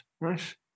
Nice